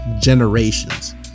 generations